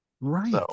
Right